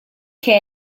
che